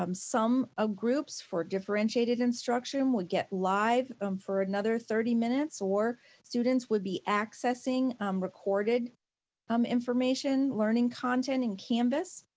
um some ah groups for differentiated instruction would get live um for another thirty minutes or students would be accessing um recorded um information learning content in canvas.